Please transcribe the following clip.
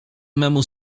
memu